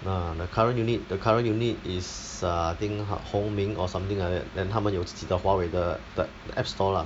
ah the current unit the current unit is err I think hong ming or something like that then 他们有自己的华为的的 app store lah